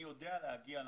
אני יודע להגיע לנתונים.